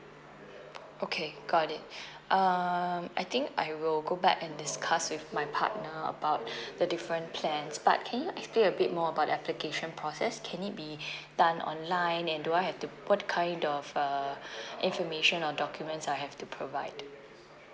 okay got it um I think I will go back and discuss with my partner about the different plans but can you explain a bit more about the application process can it be done online and do I have to what kind of uh information or documents I have to provide